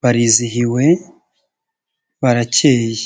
barizihiwe barakeye.